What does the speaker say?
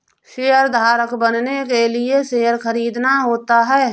शेयरधारक बनने के लिए शेयर खरीदना होता है